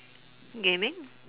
gaming